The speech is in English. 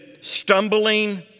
stumbling